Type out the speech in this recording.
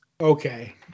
Okay